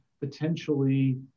potentially